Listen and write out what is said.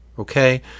Okay